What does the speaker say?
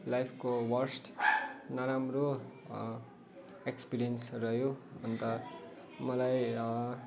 लाइफको वर्स्ट नराम्रो एक्सपिरियन्स रह्यो अन्त मलाई